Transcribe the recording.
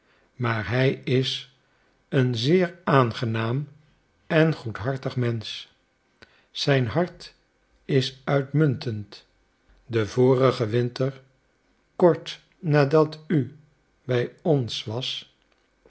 maar hij is een zeer aangenaam en goedhartig mensch zijn hart is uitmuntend den vorigen winter kort nadat u by ons was